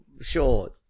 Sure